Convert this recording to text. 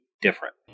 different